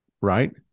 Right